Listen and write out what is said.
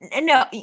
no